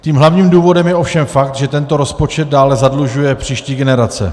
Tím hlavním důvodem je ovšem fakt, že tento rozpočet dále zadlužuje příští generace.